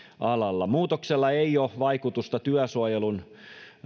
alalla muutoksella ei ole vaikutusta työsuojelun